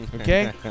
Okay